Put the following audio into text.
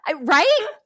Right